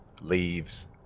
leaves